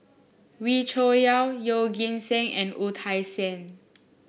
Wee Cho Yaw Yeoh Ghim Seng and Wu Tsai Yen